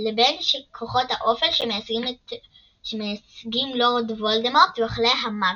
לבין כוחות האופל שמייצגים לורד וולדמורט ואוכלי המוות,